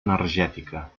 energètica